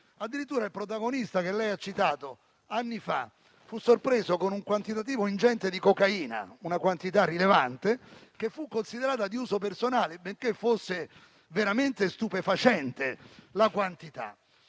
Addirittura il protagonista, che lei ha citato, anni fa fu sorpreso con un quantitativo ingente di cocaina, una quantità rilevante che fu considerata a uso personale, benché fosse una quantità